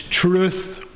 truth